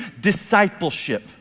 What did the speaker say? discipleship